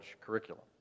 curriculum